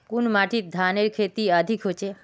कुन माटित धानेर खेती अधिक होचे?